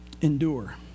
endure